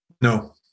No